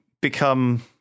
become